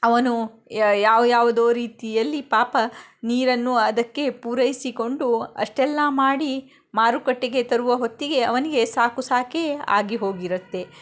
ಅವನು ಯಾ ಯಾವು ಯಾವುದೋ ರೀತಿಯಲ್ಲಿ ಪಾಪ ನೀರನ್ನು ಅದಕ್ಕೆ ಪೂರೈಸಿಕೊಂಡು ಅಷ್ಟೆಲ್ಲ ಮಾಡಿ ಮಾರುಕಟ್ಟೆಗೆ ತರುವ ಹೊತ್ತಿಗೆ ಅವನಿಗೆ ಸಾಕು ಸಾಕೇ ಆಗಿ ಹೋಗಿರುತ್ತೆ